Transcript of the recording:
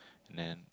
none